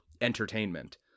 entertainment